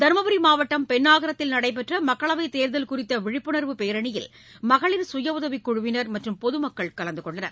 தருமபுரி மாவட்டம் பென்னாகரத்தில் நடைபெற்றமக்களவைத் தேர்தல் குறித்தவிழிப்புணர்வுப் பேரணியில் மகளிர் சுயஉதவிக் குழுவினர் மற்றும் பொதுமக்கள் கலந்துகொண்டனர்